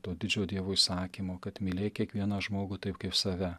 to didžio dievo įsakymo kad mylėk kiekvieną žmogų taip kaip save